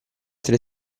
tre